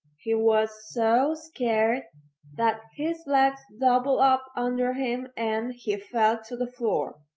he was so scared that his legs doubled up under him and he fell to the floor.